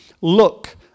look